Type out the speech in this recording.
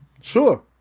sure